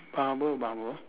bubble bubble